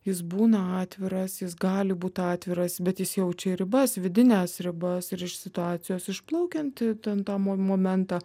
jis būna atviras jis gali būt atviras bet jis jaučia ribas vidines ribas ir iš situacijos išplaukiant į ten tą momentą